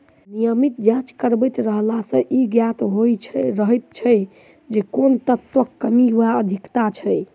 नियमित जाँच करबैत रहला सॅ ई ज्ञात होइत रहैत छै जे कोन तत्वक कमी वा अधिकता छै